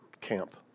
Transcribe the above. camp